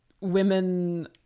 women